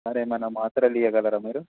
sir ఏమైనా మాత్రలియ్యగలరాా మీరు